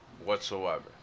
Whatsoever